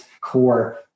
core